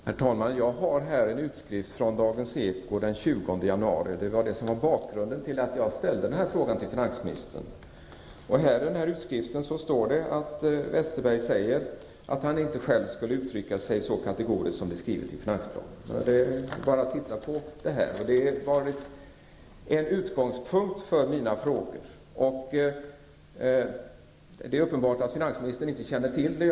Herr talman! Jag har här en utskrift från Dagens eko den 20 januari. Det var den som var bakgrunden till att jag ställde min fråga till finansministern. I utskriften står det att Bengt Westerberg säger att han inte själv skulle uttrycka sig så kategoriskt som det är skrivet i finansplanen. Detta har varit en utgångspunkt för mina frågor. Det är uppenbart att finansministern inte känner till det.